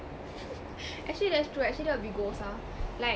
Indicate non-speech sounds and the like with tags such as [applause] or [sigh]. [laughs] actually that's true actually that would be goals ah like